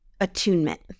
attunement